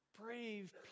brave